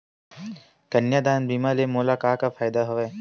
कन्यादान बीमा ले मोला का का फ़ायदा हवय?